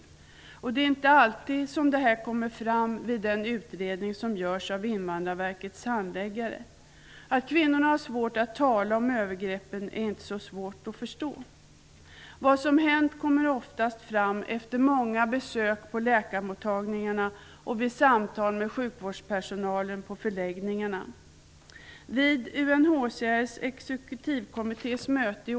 Detta kommer inte alltid fram vid de utredningar som görs av Invandrarverkets handläggare. Att kvinnorna har svårt att tala om övergreppen är inte så svårt att förstå. Vad som har hänt kommer oftast fram efter många besök på läkarmottagningarna och vid samtal med sjukvårdspersonalen på förläggningarna.